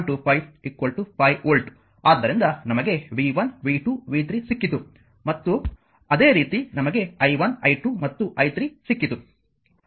25 5 volt ಆದ್ದರಿಂದ ನಮಗೆ v 1 v 2 v 3 ಸಿಕ್ಕಿತು ಮತ್ತು ಅದೇ ರೀತಿ ನಮಗೆ i1 i2 ಮತ್ತು i3 ಸಿಕ್ಕಿತು